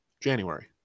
January